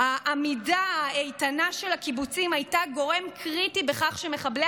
העמידה האיתנה של הקיבוצים הייתה גורם קריטי בכך שמחבלי